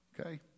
okay